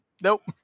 Nope